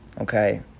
Okay